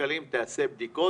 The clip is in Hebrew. שקלים תעשה בדיקות.